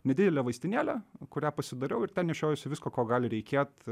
nedidelę vaistinėlę kurią pasidariau ir ten nešiojuosi visko ko gali reikėt